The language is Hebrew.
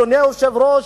אדוני היושב-ראש,